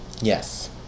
Yes